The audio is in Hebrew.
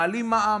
מעלים מע"מ,